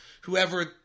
whoever